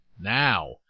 Now